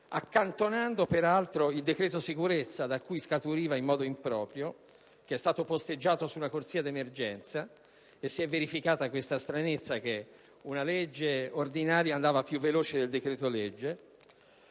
accantonando peraltro il cosiddetto decreto sicurezza da cui scaturiva in modo improprio, che è stato posteggiato su una corsia di emergenza. Si è verificata dunque la stranezza per cui una legge ordinaria è andata più veloce di un decreto-legge,